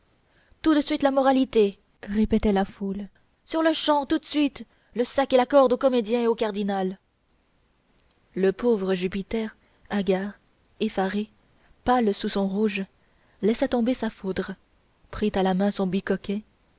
tout de suite la moralité répétait la foule sur-le-champ tout de suite le sac et la corde aux comédiens et au cardinal le pauvre jupiter hagard effaré pâle sous son rouge laissa tomber sa foudre prit à la main son bicoquet